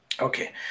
Okay